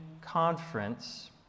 conference